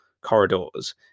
corridors